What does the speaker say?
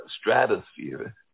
stratosphere